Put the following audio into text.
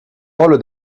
rôle